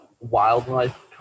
wildlife